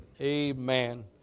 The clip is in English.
amen